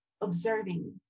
observing